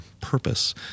purpose